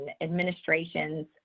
administrations